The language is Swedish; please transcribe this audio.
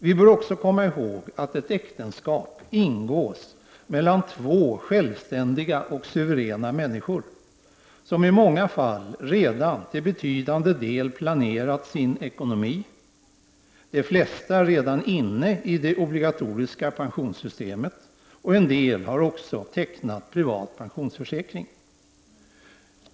Vi bör också komma ihåg att ett äktenskap ingås mellan två självständiga och suveräna människor som i många fall redan till betydande del planerat sin ekonomi. De flesta är redan inne i det obligatoriska pensionssystemet, och en del har också tecknat privat pensionsförsäkring.